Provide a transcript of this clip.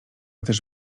też